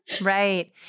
Right